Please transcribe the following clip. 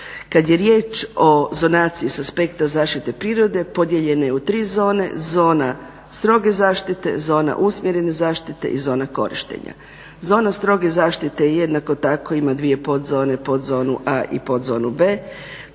Kad je riječ o zonaciji s aspekta zaštite prirode podijeljeno je u tri zone. Zona stroge zaštite, zona usmjerene zaštite i zona korištenja. Zona stroge zaštite jednako tako ima dvije podzone, podzonu A i podzonu B.